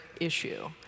issue